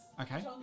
Okay